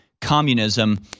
communism